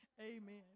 Amen